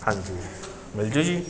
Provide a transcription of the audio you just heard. ਹਾਂਜੀ ਮਿਲਜੂ ਜੀ